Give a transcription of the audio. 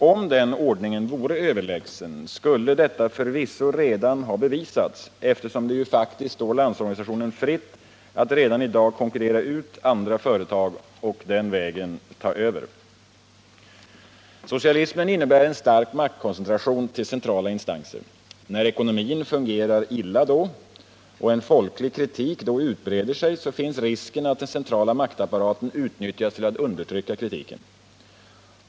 Om den ordningen vore överlägsen skulle detta förvisso redan ha bevisats, eftersom det ju faktiskt står Landsorganisationen fritt att redan i dag konkurrera ut andra företag och den vägen ta över. Socialismen innebär en stark maktkoncentration till centrala instanser. När ekonomin fungerar illa och en folklig kritik utbreder sig finns risken att den centrala maktapparaten utnyttjas till att undertrycka kritiken.